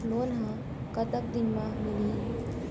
Loan ह कतक दिन मा मिलही?